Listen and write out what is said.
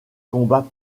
combat